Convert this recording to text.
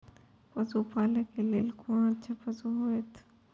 पशु पालै के लेल कोन अच्छा पशु होयत?